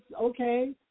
okay